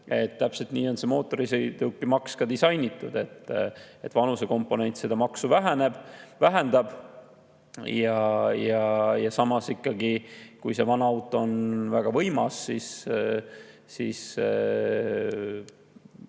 Täpselt nii on see mootorsõidukimaks ka disainitud, et vanusekomponent seda maksu vähendab. Samas ikkagi, kui vana auto on väga võimas, siis